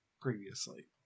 previously